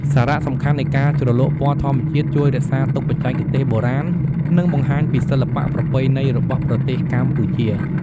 សារៈសំខាន់នៃការជ្រលក់ពណ៌ធម្មជាតិជួយរក្សាទុកបច្ចេកទេសបុរាណ និងបង្ហាញពីសិល្បៈប្រពៃណីរបស់ប្រទេសកម្ពុជា ។